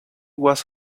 was